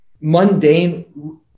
mundane